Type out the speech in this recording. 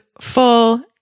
full